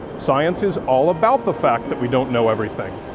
science is all about the fact that we don't know everything.